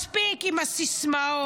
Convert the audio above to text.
מספיק עם הסיסמאות.